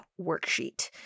worksheet